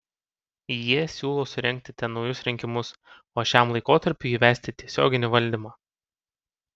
jie siūlo surengti ten naujus rinkimus o šiam laikotarpiui įvesti tiesioginį valdymą